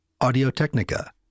Audio-Technica